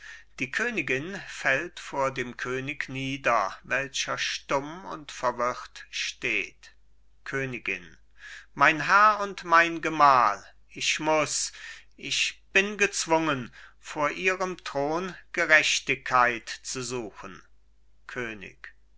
an sie fällt vor dem könig nieder welcher stumm und verwirrt steht königin mein herr und mein gemahl ich muß ich bin gezwungen vor ihrem thron gerechtigkeit zu suchen könig